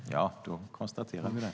Herr talman! Ja, då konstaterar vi det.